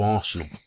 Arsenal